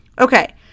Okay